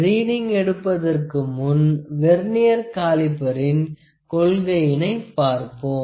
reading எடுப்பதற்கு முன் vernier காலிப்பரின் கொள்கையினை பார்ப்போம்